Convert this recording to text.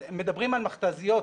מדברים על מכת"זיות,